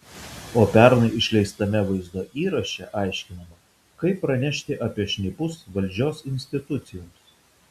o pernai išleistame vaizdo įraše aiškinama kaip pranešti apie šnipus valdžios institucijoms